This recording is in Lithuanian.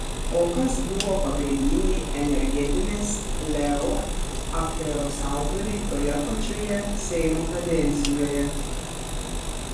o kas buvo pagrindiniai energetinės leo aferos autoriai toje pačioje seimo kadencijoje